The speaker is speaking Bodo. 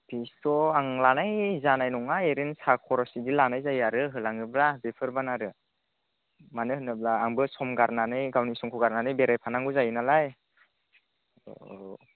फिसथ' आं लानाय जानाय नङा ओरैनो साह खरस बिदि लानाय जायो आरो होलाङोब्ला बेफोरमोन आरो मानो होनोब्ला आंबो सम गारनानै गावनि समखौ गारनानै बेरायफानांगौ जायो नालाय औ